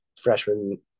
freshman